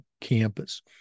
Campus